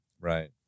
Right